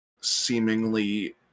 seemingly